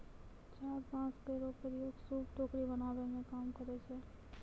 चाभ बांस केरो प्रयोग सूप, टोकरी बनावै मे काम करै छै